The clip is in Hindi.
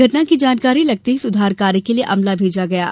घटना की जानकारी लगते ही सुधार कार्य के लिए अमला भेजा गया है